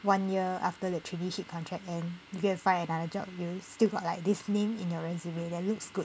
one year after the traineeship contract end maybe I find another job you still got like this name in your resume that looks good